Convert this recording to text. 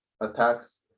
attacks